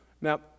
Now